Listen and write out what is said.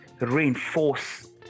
reinforce